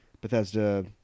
Bethesda